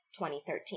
2013